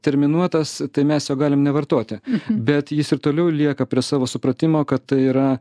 terminuotas tai mes jo galim nevartoti bet jis ir toliau lieka prie savo supratimo kad tai yra